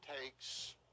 takes